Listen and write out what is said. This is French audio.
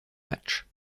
matchs